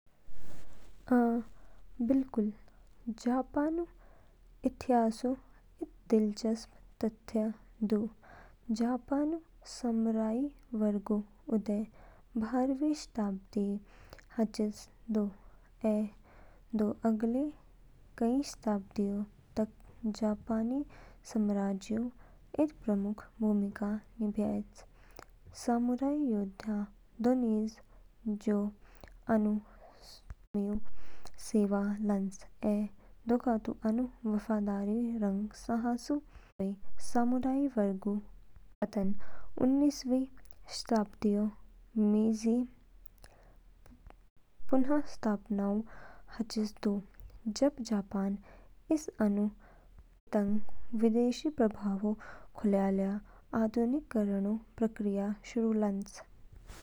अ, बिल्कुल। जापानऊ इतिहासऊ इद दिलचस्प तथ्य दू। जापानऊ समुराई वर्गऊ उदय बारह वीं शताब्दी हाचिस दू, ऐ दोगे अगले कई शताब्दियों तक जापानी समाजऊ इद प्रमुख भूमिका निभयाच। समुराई योद्धा दो निज जो आनु स्वामियोंऊ सेवा लान्च ऐ दोगोतो आनु वफादारी रंग साहस नेतोई। समुराई वर्गऊ पतन उन्नीसवीं शताब्दीऊ मीजी पुनर्स्थापनाऊ साथ हाचिस दू, जब जापान इस आनु पीतंग विदेशी प्रभावऊ खोलयाया आधुनिकीकरणऊ प्रक्रिया शुरू लान्च।